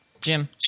Jim